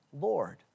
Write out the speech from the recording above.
Lord